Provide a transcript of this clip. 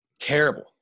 Terrible